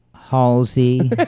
Halsey